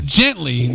gently